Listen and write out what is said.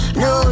no